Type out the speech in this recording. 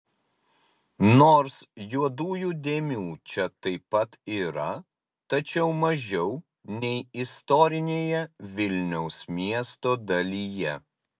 nors juodųjų dėmių čia taip pat yra tačiau mažiau nei istorinėje vilniaus miesto dalyje